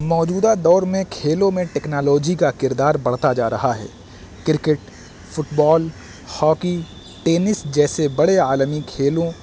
موجودہ دور میں کھیلوں میں ٹیکنالوجی کا کردار بڑھتا جا رہا ہے کرکٹ فٹبال ہاکی ٹینس جیسے بڑے عالمی کھیلوں